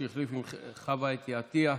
שהחליף את חוה אתי עטייה,